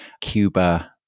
Cuba